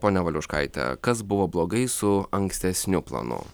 ponia valiuškaite kas buvo blogai su ankstesniu planu